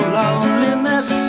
loneliness